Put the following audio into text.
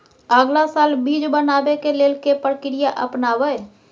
अगला साल बीज बनाबै के लेल के प्रक्रिया अपनाबय?